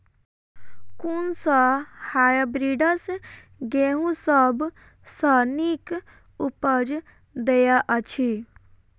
कुन सँ हायब्रिडस गेंहूँ सब सँ नीक उपज देय अछि?